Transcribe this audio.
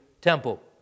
temple